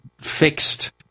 fixed